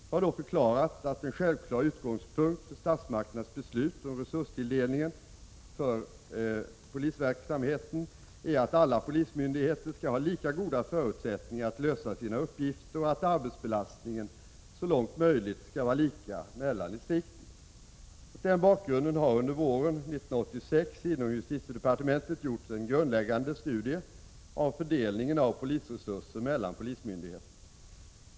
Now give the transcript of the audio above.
Jag har då förklarat att en självklar utgångspunkt för statsmakternas beslut om resurstilldelning för polisverksamheten är att alla polismyndigheter skall ha lika goda förutsättningar att lösa sina uppgifter och att arbetsbelastningen så långt möjligt skall vara lika mellan distrikten. Mot denna bakgrund har under våren 1986 inom justitiedepartementet gjorts en grundläggande studie av fördelningen av polisresurser mellan polismyndigheterna.